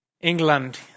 England